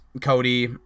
Cody